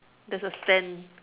there's a stand